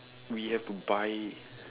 we have to buy